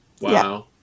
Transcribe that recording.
Wow